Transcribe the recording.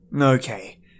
Okay